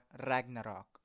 Ragnarok